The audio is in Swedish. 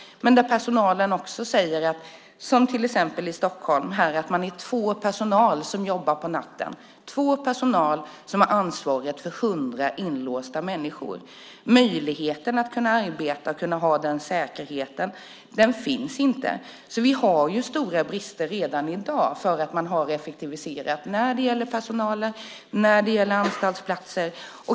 I till exempel Stockholm säger personalen att man är två personer som jobbar på natten. Två personer har ansvaret för hundra inlåsta människor! Möjligheten att kunna arbeta med en bra säkerhet finns inte. Vi har alltså stora brister redan i dag för att man har effektiviserat när det gäller personal och anstaltsplatser.